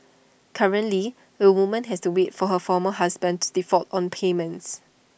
currently A woman has to wait for her former husband to default on payments